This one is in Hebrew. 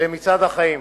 ל"מצעד החיים".